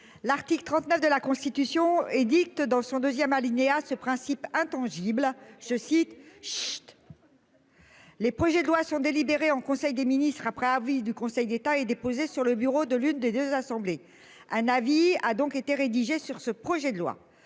L'article 39 de la Constitution édicte dans son deuxième alinéa ce principe intangible, ce site. Les projets de loi sont délibérés en conseil des ministres après avis du Conseil d'État et déposé sur le bureau de l'une des 2 assemblées. Un avis a donc été rédigé sur ce projet de loi.